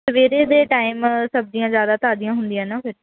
ਸਵੇਰੇ ਦੇ ਟਾਈਮ ਸਬਜ਼ੀਆਂ ਜ਼ਿਆਦਾ ਤਾਜ਼ੀਆਂ ਹੁੰਦੀਆਂ ਨਾ ਫ਼ਿਰ